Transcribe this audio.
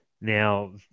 Now